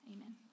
amen